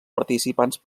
participants